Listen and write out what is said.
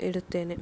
ಇಡುತ್ತೇನೆ